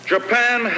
Japan